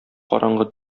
караңгы